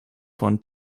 von